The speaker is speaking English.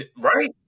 right